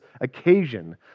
occasion